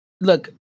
Look